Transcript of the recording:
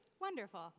Wonderful